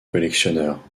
collectionneur